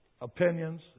opinions